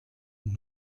nous